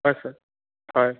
হয় ছাৰ হয়